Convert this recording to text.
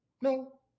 no